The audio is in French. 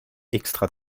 extra